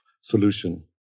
solution